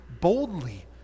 boldly